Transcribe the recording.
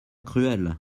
cruel